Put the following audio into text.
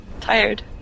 tired